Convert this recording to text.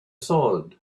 sword